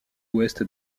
ouest